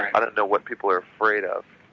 i don't know what people are afraid of.